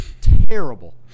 Terrible